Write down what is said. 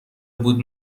بود